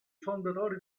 fondatori